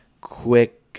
quick